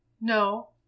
No